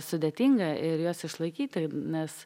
sudėtinga ir juos išlaikyti nes